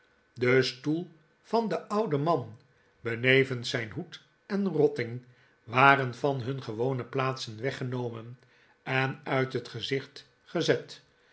de stoel van den ouden man benevens zijn hoed en rotting waren van hun gewone plaatsen weggenomen en uit het gezicht gezet